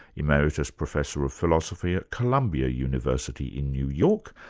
emeritus professor of philosophy at columbia university in new york,